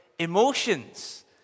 emotions